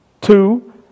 Two